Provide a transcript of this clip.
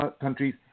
countries